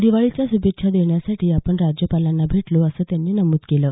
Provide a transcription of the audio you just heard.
दिवाळीच्या श्रभेच्छा देण्यासाठी आपण राज्यपालांना भेटलो असं रावते यांनी नमूद केलं आहे